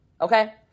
Okay